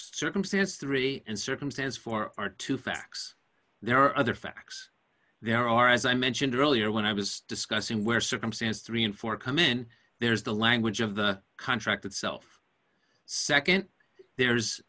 circumstance three and circumstance four are two facts there are other facts there are as i mentioned earlier when i was discussing where circumstance three and four come in there's the language of the contract itself nd there's